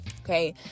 Okay